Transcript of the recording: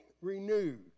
renewed